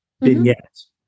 vignettes